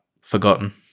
forgotten